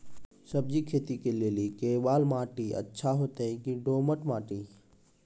सब्जी खेती के लेली केवाल माटी अच्छा होते की दोमट माटी?